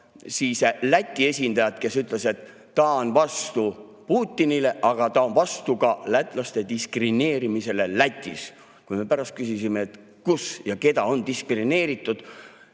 Läti esindajat, kes ütles, et ta on vastu Putinile, aga ta on vastu ka lätlaste diskrimineerimisele Lätis. Kui me pärast küsisime, et kus ja keda on diskrimineeritud,